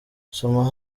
soma